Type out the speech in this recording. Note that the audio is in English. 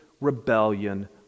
rebellion